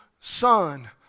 son